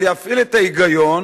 להפעיל את ההיגיון,